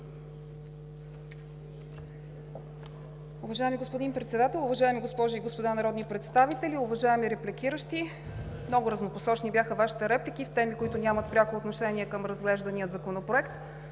Уважаеми господин Председател, уважаеми госпожи и господа народни представители! Уважаеми репликиращи, много разнопосочни бяха Вашите реплики с теми, които нямат пряко отношение към разглеждания законопроект.